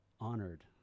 honored